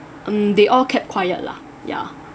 um they all kept quiet lah ya